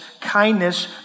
kindness